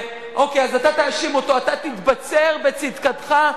אוקיי, אז אתה תאשים אותו, אתה תתבצר בצדקתך.